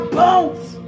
bones